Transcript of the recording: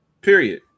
period